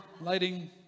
lighting